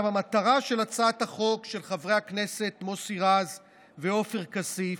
המטרה של הצעת החוק של חברי הכנסת מוסי רז ועופר כסיף,